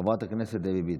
חברת הכנסת דבי ביטון,